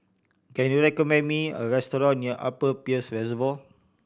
can you recommend me a restaurant near Upper Peirce Reservoir